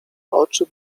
oczy